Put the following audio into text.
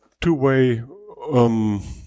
two-way